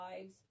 lives